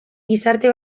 gizarte